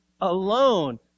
alone